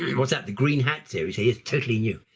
what's that the green hat theory? it is totally new.